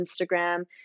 instagram